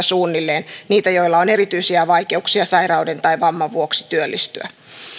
suunnilleen neljäkymmentätuhatta heitä joilla on erityisiä vaikeuksia sairauden tai vamman vuoksi työllistyä